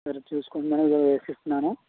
సరే చూసుకోండి మేడం ఇవి వేసి ఇస్తున్నాను